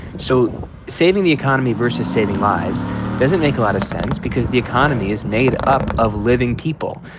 so saving the economy versus saving lives doesn't make a lot of sense because the economy is made up of living people.